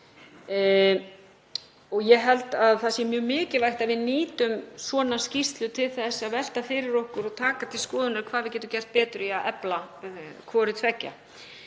Ég held að það sé mjög mikilvægt að við nýtum svona skýrslu til þess að velta fyrir okkur og taka til skoðunar hvað við getum gert betur í að efla hvort tveggja.